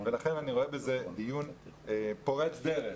לכן אני רואה בזה דיון פורץ דרך.